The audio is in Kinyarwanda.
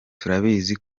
turabizi